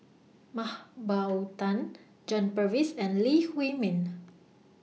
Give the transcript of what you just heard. Mah Bow Tan John Purvis and Lee Huei Min